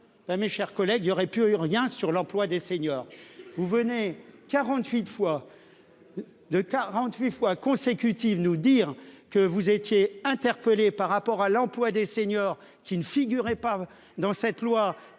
mes chers collègues. Il y aurait pu rien sur l'emploi des seniors. Vous venez 48 fois. De 48 fois consécutive, nous dire que vous étiez interpellé par rapport à l'emploi des seniors qui ne figurait pas dans cette loi